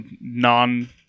non